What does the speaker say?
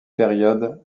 période